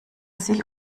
sich